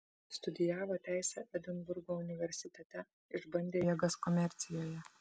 studijavo teisę edinburgo universitete išbandė jėgas komercijoje